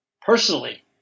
personally